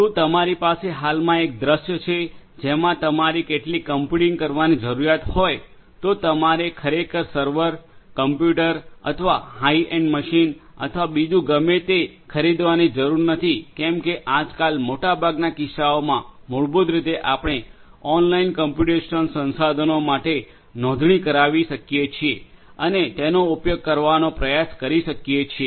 શું તમારી પાસે હાલમાં એક દૃશ્ય છે જેમા તમારે કેટલીક કમ્પ્યુટીંગ કરવાની જરૂરિયાત હોય તો તમારે ખરેખર સર્વર કમ્પ્યુટર અથવા હાઇ એન્ડ મશીન અથવા બીજું ગમે તે ખરીદવાની જરૂર નથી કેમ કે આજકાલ મોટાભાગના કિસ્સાઓમાં મૂળભૂત રીતે આપણે ઓનલાઇન કોમ્પ્યુટેશનલ સંસાધનો માટે નોંધણી કરાવી શકીએ છીએ અને તેનો ઉપયોગ કરવાનો પ્રયાસ કરી શકીએ છીએ